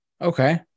Okay